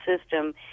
system